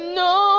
no